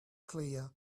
clear